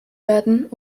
werden